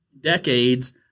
decades